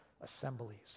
assemblies